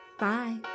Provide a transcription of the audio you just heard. Bye